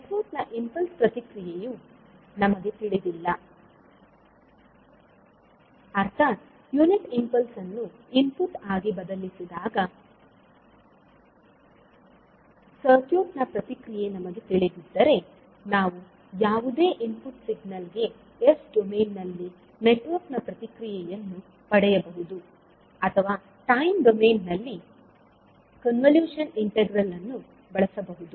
network ನ impulse ಪ್ರತಿಕ್ರಿಯೆಯು ನಮಗೆ ತಿಳಿದಿದ್ದಲ್ಲಿ ಅರ್ಥಾತ್ ಯುನಿಟ್ ಇಂಪಲ್ಸ್ ಅನ್ನು ಇನ್ಪುಟ್ ಆಗಿ ಒದಗಿಸಿದಾಗ ಸರ್ಕ್ಯೂಟ್ ನ ಪ್ರತಿಕ್ರಿಯೆ ನಮಗೆ ತಿಳಿದಿದ್ದರೆ ನಾವು ಯಾವುದೇ ಇನ್ಪುಟ್ ಸಿಗ್ನಲ್ ಗೆ ಎಸ್ ಡೊಮೇನ್ ನಲ್ಲಿ ನೆಟ್ವರ್ಕ್ ನ ಪ್ರತಿಕ್ರಿಯೆಯನ್ನು ಪಡೆಯಬಹುದು ಅಥವಾ ಟೈಮ್ ಡೊಮೇನ್ ನಲ್ಲಿ ಕನ್ವಲ್ಯೂಷನ್ ಇಂಟಿಗ್ರಲ್ ಅನ್ನು ಬಳಸಬಹುದು